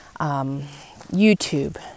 YouTube